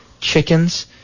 chickens